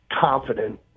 confident